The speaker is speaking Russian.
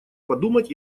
подумать